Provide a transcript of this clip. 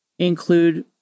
Include